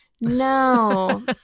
No